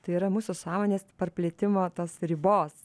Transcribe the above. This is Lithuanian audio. tai yra mūsų sąmonės parplėtimo tos ribos